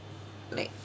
like